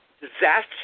Disaster